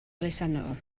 elusennol